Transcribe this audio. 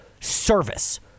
service